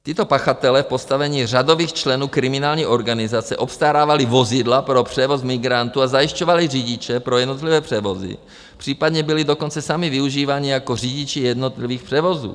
Tito pachatelé v postavení řadových členů kriminální organizace obstarávali vozidla pro převoz migrantů a zajišťovali řidiče pro jednotlivé převozy, případně byli dokonce sami využíváni jako řidiči jednotlivých převozů.